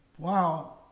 Wow